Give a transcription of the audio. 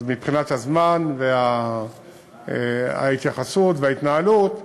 אז מבחינת הזמן וההתייחסות וההתנהלות,